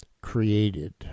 created